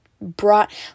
brought